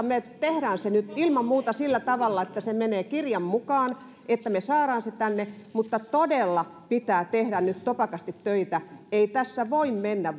me teemme sen nyt ilman muuta sillä tavalla että se menee kirjan mukaan että me saamme sen tänne mutta todella pitää tehdä nyt topakasti töitä ei tässä voi mennä